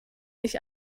nicht